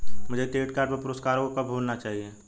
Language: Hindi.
मुझे क्रेडिट कार्ड पर पुरस्कारों को कब भुनाना चाहिए?